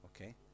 okay